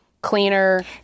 cleaner